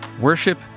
Worship